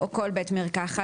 או כל בית מרקחת.